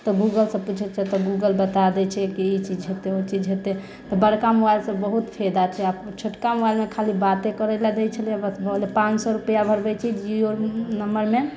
तऽ गूगलसँ पूछैत छै तऽ गूगल बता दै छै कि ई चीज हेतै ओ चीज हेतै तऽ बड़का मोबाइलसंँ बहुत फायदा छै आ छोटका मोबाइलमे खाली बाते करै लै दै छलै बस भए गेलै पाँच सए रूपैआ भरबैत छी जी ओ नम्बरमे